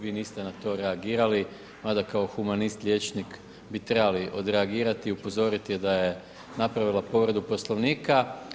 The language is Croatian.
Vi niste na to reagirali, mada kao humanist, liječnik bi trebali odreagirati i upozoriti je da je napravila povredu Poslovnika.